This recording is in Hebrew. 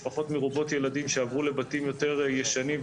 משפחות מרובות ילדים שעברו לבתים יותר ישנים,